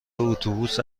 اتوبوس